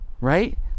right